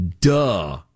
Duh